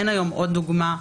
אין היום עוד דוגמה,